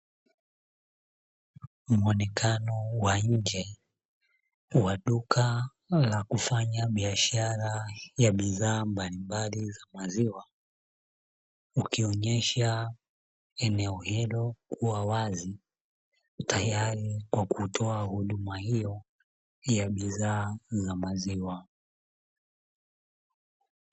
Muonekano wa nje wa duka la kufanya biashara ya bidhaa mbalimbali za maziwa, ukionesha eneo hilo kuwa wazi tayari kwa kutoa huduma hiyo ya bidhaa za maziwa.